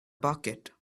bucket